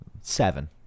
Seven